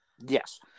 Yes